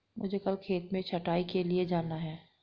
मुझे कल खेत में छटाई के लिए जाना है